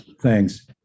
thanks